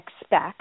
expect